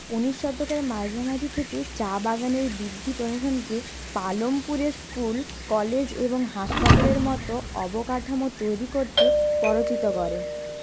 উনিশ শতকের মাঝামাঝি থেকে চা বাগানের বৃদ্ধি প্রশাশনকে পালমপুরে স্কুল কলেজ এবং হাসপাতালের মতো অবকাঠামো তৈরি করতে প্ররোচিত করে